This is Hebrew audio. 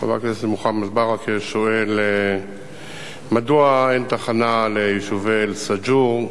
חבר הכנסת מוחמד ברכה שואל מדוע אין תחנה ליישובי אל-שגור.